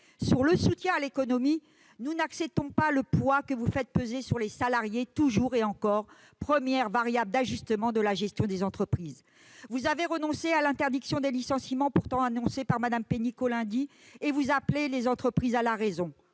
notre système de santé. Nous n'acceptons pas le poids que vous faites peser sur les salariés, encore et toujours première variable d'ajustement de la gestion des entreprises. Vous avez renoncé à l'interdiction des licenciements, pourtant annoncée par Mme Pénicaud lundi, et vous appelez les entreprises à la raison.